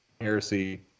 heresy